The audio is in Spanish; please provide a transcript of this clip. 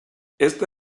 esta